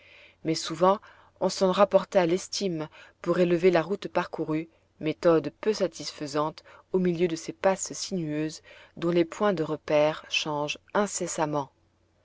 mais souvent on s'en rapportait à l'estime pour relever la route parcourue méthode peu satisfaisante au milieu de ces passes sinueuses dont les points de repère changent incessamment